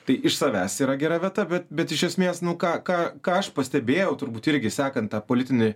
tai iš savęs yra gera vieta bet bet iš esmės nu ką ką ką ką aš pastebėjau turbūt irgi sekant tą politinį